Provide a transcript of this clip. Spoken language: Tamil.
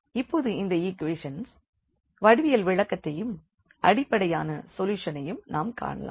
இப்போது இந்த ஈக்வேஷன்ஸ் ன் வடிவியல் விளக்கத்தையும் அடிப்படையான சொல்யூஷன் ஐயும் நாம் காணலாம்